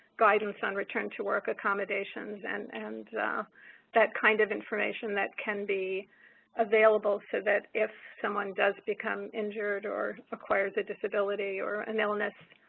guidance on return to work accommodations, and and that kind of information that can be available so that if someone does become injured or acquires a disability or and illness,